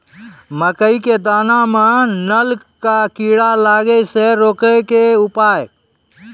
मकई के दाना मां नल का कीड़ा लागे से रोकने के उपाय?